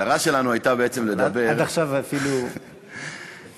עד עכשיו אפילו הגיע לך.